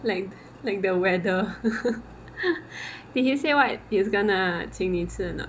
like like the weather did he say what he is gonna 请你吃 or not